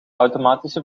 automatische